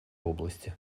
области